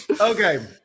Okay